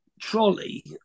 trolley